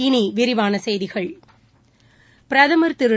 இனி விரிவான செய்திகள் பிரதமர் திரு